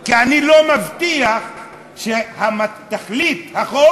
כי אני לא מבטיח שתכלית החוק